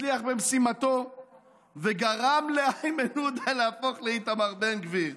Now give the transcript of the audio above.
הצליח במשימתו וגרם לאיימן עודה להפוך לאיתמר בן גביר.